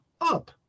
up